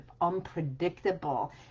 unpredictable